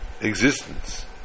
Existence